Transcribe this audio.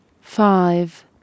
five